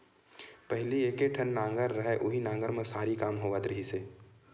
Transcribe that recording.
पहिली एके ठन नांगर रहय उहीं नांगर म सरी काम होवत रिहिस हे